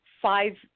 five